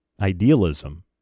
idealism